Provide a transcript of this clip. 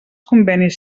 convenis